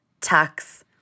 tax